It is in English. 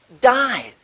dies